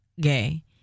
gay